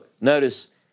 Notice